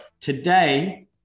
Today